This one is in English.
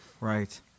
Right